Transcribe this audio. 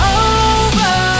over